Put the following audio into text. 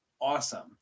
awesome